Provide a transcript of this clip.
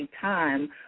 time